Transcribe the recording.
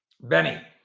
Benny